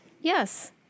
Yes